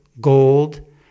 gold